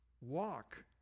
Walk